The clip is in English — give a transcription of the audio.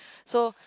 so